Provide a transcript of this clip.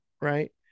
right